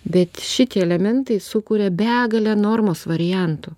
bet šitie elementai sukuria begalę normos variantų